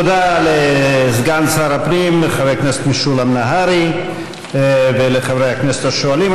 תודה לסגן שר הפנים חבר הכנסת משולם נהרי ולחברי הכנסת השואלים.